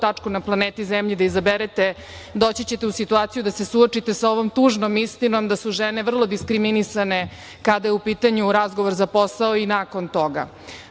tačku na planeti Zemlji da izaberete doći ćete u situaciju da se suočite sa ovom tužnom istinom da su žene vrlo diskriminisane kada je u pitanju razgovor za posao i nakon toga. Ovome